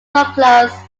surplus